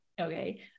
Okay